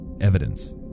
evidence